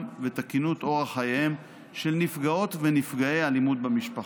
ותקינות אורח חייהם של נפגעות ונפגעי האלימות במשפחה.